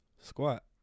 Squat